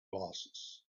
glasses